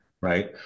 Right